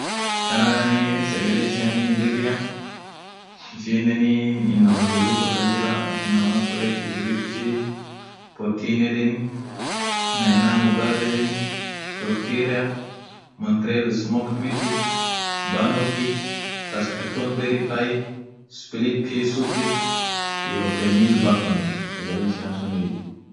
Canada sagale ishiani birria ishinen inamaa birithi wol kasjira akaaa inamaa french iyo british portin yedheni naimamal bags yedheni tortiree moltral smoke meat banock sasca tone bricap splid pili sup iyoo pemil barcon sagale ishin suuniye